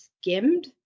skimmed